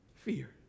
fear